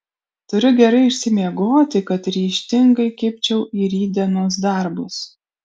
turiu gerai išsimiegoti kad ryžtingai kibčiau į rytdienos darbus